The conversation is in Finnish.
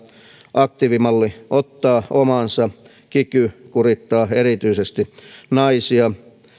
aktiivimalli ottaa omansa kiky kurittaa erityisesti naisia